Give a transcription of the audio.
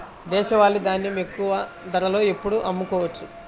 దేశవాలి ధాన్యం ఎక్కువ ధరలో ఎప్పుడు అమ్ముకోవచ్చు?